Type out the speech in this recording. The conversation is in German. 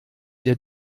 der